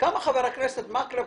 כמה חטף חבר הכנסת מקלב,